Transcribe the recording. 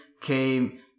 Came